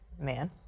Man